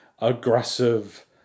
aggressive